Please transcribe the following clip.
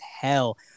hell